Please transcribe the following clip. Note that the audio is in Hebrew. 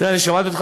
כן.